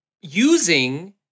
Using